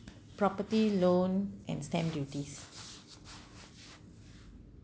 property loan and stamp duties